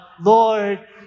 Lord